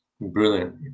Brilliant